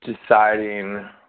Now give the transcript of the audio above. deciding